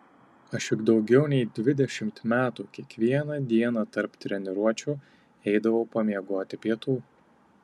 aš juk daugiau nei dvidešimt metų kiekvieną dieną tarp treniruočių eidavau pamiegoti pietų